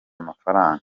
mafaranga